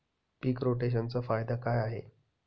पीक रोटेशनचा फायदा काय आहे?